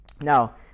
Now